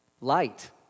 Light